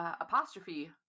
apostrophe